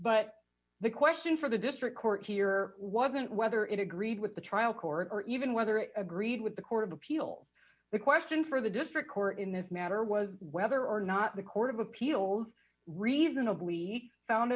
but the question for the district court here wasn't whether it agreed with the trial court or even whether it agreed with the court of appeals the question for the district court in this matter was whether or not the court of appeals reasonably found